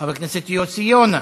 חבר הכנסת יוסי יונה,